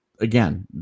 Again